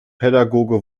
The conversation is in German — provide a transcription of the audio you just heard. pädagoge